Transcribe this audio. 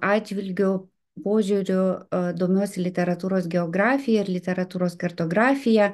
atžvilgiu požiūriu domiuosi literatūros geografija ir literatūros kartografija